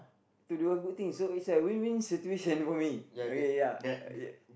to do a good thing so it's a win win situation for me okay ya